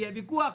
יהיה ויכוח,